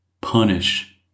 punish